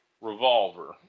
revolver